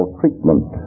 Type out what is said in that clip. treatment